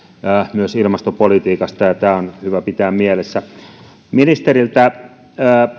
myös ilmastopolitiikasta ja tämä on hyvä pitää mielessä ministeriltä